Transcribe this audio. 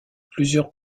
plusieurs